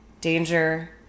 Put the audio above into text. danger